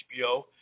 HBO